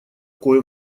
кое